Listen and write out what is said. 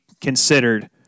considered